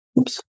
Oops